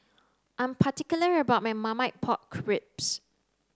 I'm particular about my Marmite Pork Ribs